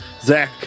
Zach